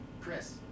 Chris